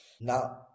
Now